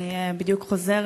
אני בדיוק חוזרת,